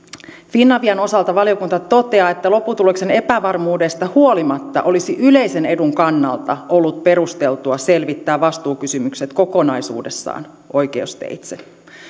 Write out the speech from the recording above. finavian osalta valiokunta toteaa että lopputuloksen epävarmuudesta huolimatta olisi yleisen edun kannalta ollut perusteltua selvittää vastuukysymykset kokonaisuudessaan oikeusteitse